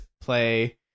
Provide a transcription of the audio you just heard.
play